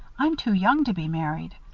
i'm too young to be married.